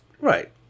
Right